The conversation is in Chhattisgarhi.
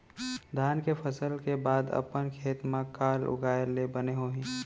धान के फसल के बाद अपन खेत मा का उगाए ले बने होही?